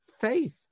faith